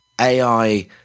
AI